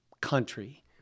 country